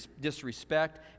disrespect